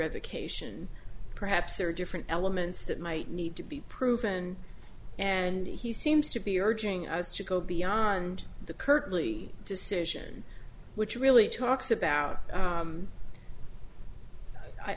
revocation perhaps there are different elements that might need to be proven and he seems to be urging us to go beyond the currently decision which really talks about